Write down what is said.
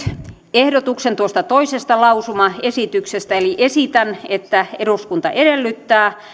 ehdotuksen tuosta toisesta lausumaesityksestä esitän että eduskunta edellyttää